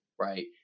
right